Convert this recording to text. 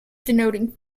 denoting